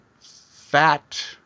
fat